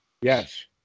Yes